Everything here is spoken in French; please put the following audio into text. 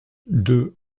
deux